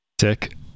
Sick